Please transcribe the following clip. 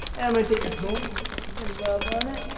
and i'm gonna take it home and love on it.